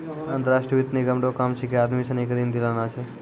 अंतर्राष्ट्रीय वित्त निगम रो काम छिकै आदमी सनी के ऋण दिलाना छै